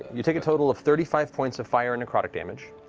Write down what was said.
you take a total of thirty five points of fire and necrotic damage.